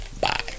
bye